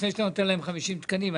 לפני שאתה נותן להם עוד 50 תקנים.